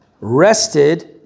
rested